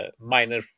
minor